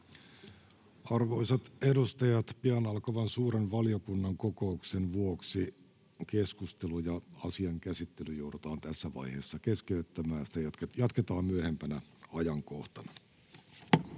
Arvoisat edustajat, pian alkavan suuren valiokunnan kokouksen vuoksi keskustelu ja asian käsittely joudutaan tässä vaiheessa keskeyttämään. Niitä jatketaan myöhempänä ajankohtana.